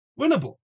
winnable